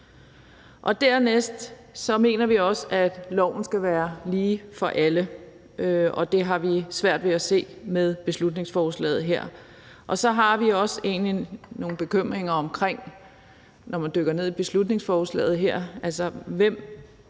for det andet også, at loven skal være lige for alle, og det har vi svært ved at se i beslutningsforslaget her. Og så har vi egentlig også nogle bekymringer, når man dykker ned i beslutningsforslaget.